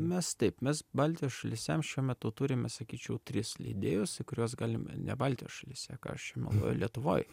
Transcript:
mes taip mes baltijos šalyse m šiuo metu turime sakyčiau tris leidėjus į kuriuos galim ne baltijos šalyse ką aš čia meluoju lietuvoj